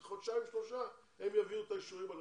חודשיים-שלושה הם יביאו את האישורים הנכונים.